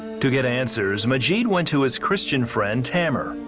to get answers, majit went to his christian friend, tammer,